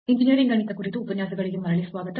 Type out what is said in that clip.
engineering ಗಣಿತ I ಕುರಿತು ಉಪನ್ಯಾಸಗಳಿಗೆ ಮರಳಿ ಸ್ವಾಗತ